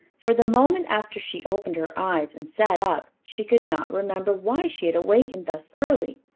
for the moment after she opened her eyes and sat up she could not remember why she had awakened thus early.